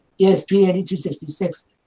ESP8266